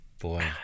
Boy